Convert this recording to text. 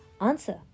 answer